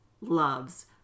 loves